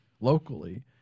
locally